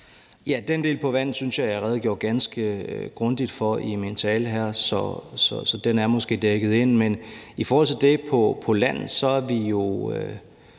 Den del med på vand synes jeg jeg redegjorde ganske grundigt for i min tale her, så den er måske dækket ind. Men i forhold til det på land er vi jo